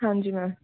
ਹਾਂਜੀ ਮੈਮ